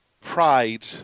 pride